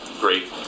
great